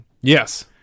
Yes